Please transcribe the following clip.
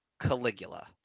Caligula